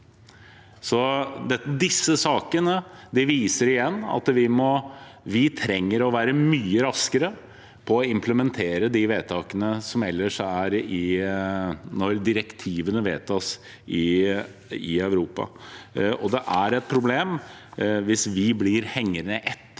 Disse sakene viser igjen at vi trenger å være mye raskere til å implementere vedtak når direktivene vedtas i Europa. Det er et problem hvis vi blir hengende etter